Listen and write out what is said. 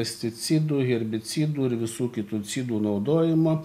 pesticidų herbicidų ir visų kitų cidų naudojimą